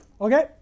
Okay